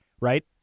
right